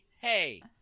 hey